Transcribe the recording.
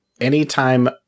anytime